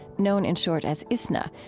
known in short as isna,